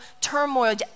turmoil